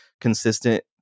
consistent